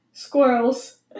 Squirrels